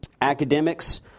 academics